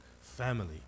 family